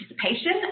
participation